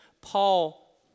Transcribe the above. Paul